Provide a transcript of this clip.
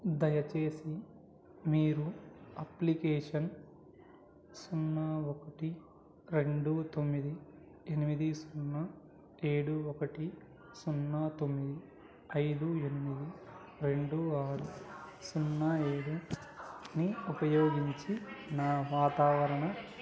దయచేసి మీరు అప్లికేషన్ సున్నా ఒకటి రెండు తొమ్మిది ఎనిమిది సున్నా ఏడు ఒకటి సున్నా తొమ్మిది ఐదు ఎనిమిది రెండు ఆరు సున్నా ఏడుని ఉపయోగించి నా వాతావరణ